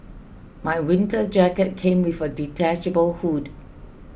my winter jacket came with a detachable hood